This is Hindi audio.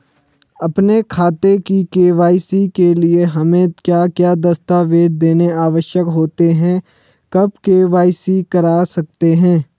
अपने खाते की के.वाई.सी के लिए हमें क्या क्या दस्तावेज़ देने आवश्यक होते हैं कब के.वाई.सी करा सकते हैं?